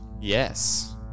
Yes